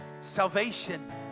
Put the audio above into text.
Salvation